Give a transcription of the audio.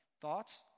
Thoughts